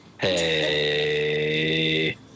Hey